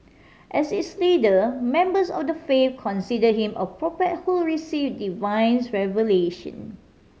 as its leader members of the faith considered him a prophet who received divines revelation